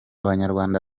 banyarwanda